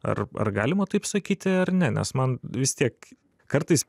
ar ar galima taip sakyti ar ne nes man vis tiek kartais